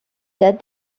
said